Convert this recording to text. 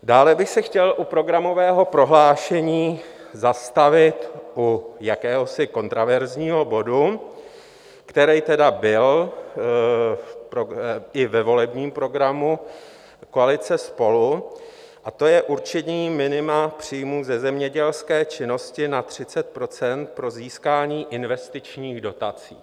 Dále bych se chtěl u programového prohlášení zastavit u jakéhosi kontroverzního bodu, který byl i ve volebním programu koalice SPOLU, a to je určení minima příjmů ze zemědělské činnosti na 30 % pro získání investičních dotací.